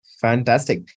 fantastic